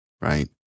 right